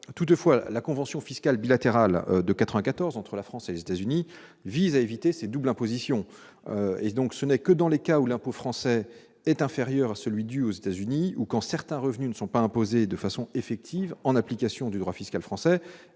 Toutefois, la convention fiscale bilatérale de 1994 entre la France et les États-Unis vise à éviter ces doubles impositions. Ce n'est que dans les cas où l'impôt français est inférieur à celui qui est dû aux États-Unis ou quand certains revenus ne sont pas imposés de façon effective en application du droit fiscal français,